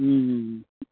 ಹ್ಞೂ ಹ್ಞೂ